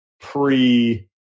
pre